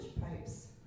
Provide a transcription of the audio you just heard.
pipes